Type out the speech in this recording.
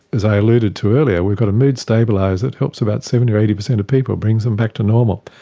as i alluded to earlier, we've got a mood stabiliser that helps about seventy percent or eighty percent of people, brings them back to normal.